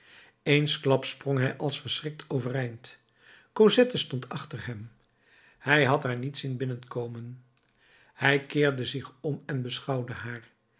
eensklaps sprong hij als verschrikt overeind cosette stond achter hem hij had haar niet zien binnenkomen hij keerde zich om en beschouwde haar